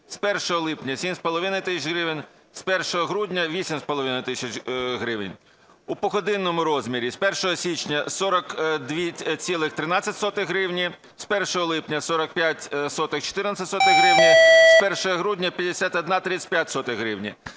з 1 липня – 7,5 тисяч гривень, з 1 грудня – 8,5 тисяч гривень. У погодинному розмірі: з 1 січня – 42,13 гривні, з 1 липня – 45,14 гривні, з 1 грудня – 51,35 гривні".